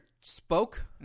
spoke